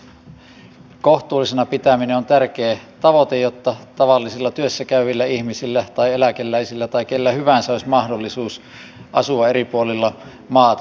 asumiskustannusten kohtuullisena pitäminen on tärkeä tavoite jotta tavallisilla työssä käyvillä ihmisillä tai eläkeläisillä tai kellä hyvänsä olisi mahdollisuus asua eri puolilla maata